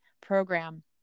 program